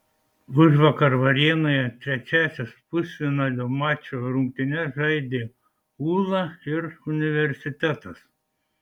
užvakar varėnoje trečiąsias pusfinalinio mačo rungtynes žaidė ūla ir universitetas